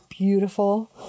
beautiful